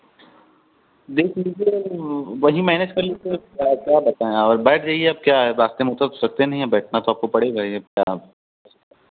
देख लीजिए वहीं मैनेज कर लीजिए यार क्या बताएँ और बैठ जाइए अब क्या है रास्ते में उतर तो सकते नहीं हैं अब बैठना तो आपको पड़ेगा ही अब क्या